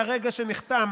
מהרגע שנחתם